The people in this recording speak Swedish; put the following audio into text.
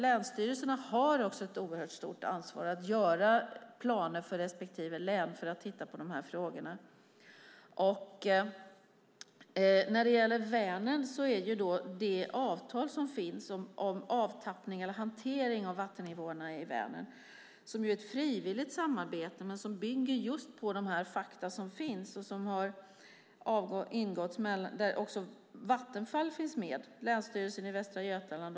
Länsstyrelserna har också ett oerhört stort ansvar att göra planer för respektive län för att titta på dessa frågor. När det gäller Vänern finns det ett avtal om avtappning eller hantering av vattennivåerna i Vänern. Det är ett frivilligt samarbete, men det bygger just på de fakta som finns. Där finns också Vattenfall och Länsstyrelsen i Västra Götaland.